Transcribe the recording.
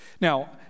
Now